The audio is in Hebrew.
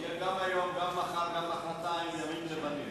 גם היום, גם מחר וגם מחרתיים יהיו ימים לבנים.